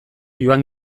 joan